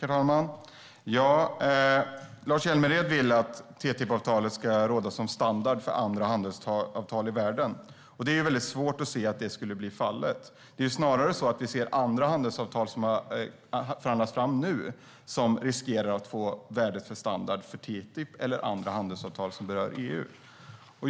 Herr talman! Lars Hjälmered vill att TTIP-avtalet ska råda som standard för andra handelsavtal i världen. Det är väldigt svårt att se att det skulle bli fallet. Det är snarare så att vi ser andra handelsavtal som har förhandlats fram som nu riskerar att få värdet för standard för TTIP eller andra handelsavtal som berör EU.